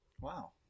Wow